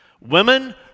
Women